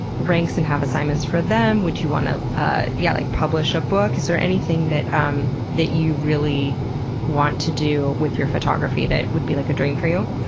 ranks and have assignments for them? would you want to ah yeah like publish a book? is there anything that um that you really want to do with your photography that would be like a dream for you?